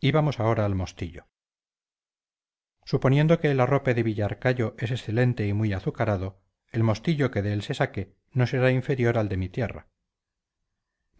y vamos ahora al mostillo suponiendo que el arrope de villarcayo es excelente y muy azucarado el mostillo que de él se saque no será inferior al de mi tierra